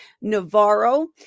navarro